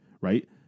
Right